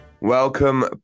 Welcome